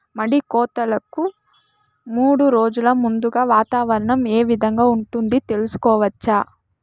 మడి కోతలకు మూడు రోజులు ముందుగా వాతావరణం ఏ విధంగా ఉంటుంది, తెలుసుకోవచ్చా?